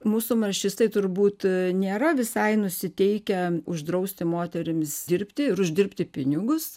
mūsų maršistai turbūt nėra visai nusiteikę uždrausti moterims dirbti ir uždirbti pinigus